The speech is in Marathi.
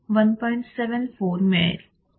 74 मिळेल